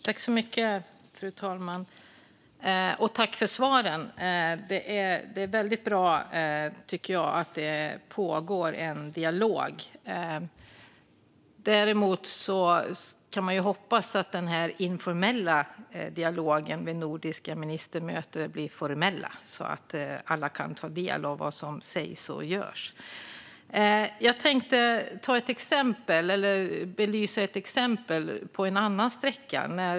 Fru talman! Jag tackar för svaret. Det är väldigt bra att en dialog pågår. Däremot hoppas jag att den informella dialogen vid nordiska ministermöten blir formell så att alla kan ta del av vad som sägs och görs. Jag skulle vilja belysa det hela genom ett exempel från en annan sträcka.